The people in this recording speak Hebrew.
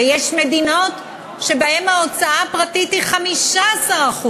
ויש מדינות שבהן ההוצאה הפרטית היא 15%